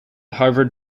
harvard